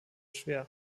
schwer